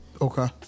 Okay